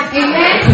amen